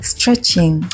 Stretching